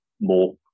more